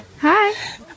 Hi